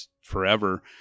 forever